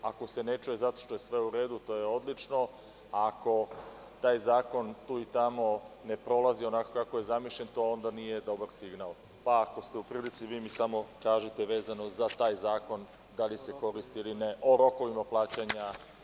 Ako se ne čuje zato što je sve u redu, to je odlično, a ako taj zakon tu i tamo ne prolazi onako kako je zamišljeno, to onda nije dobar signal, pa ako ste u prilici, vi mi samo kažite vezano za taj zakon da li se koristi ili ne, o rokovima plaćanja.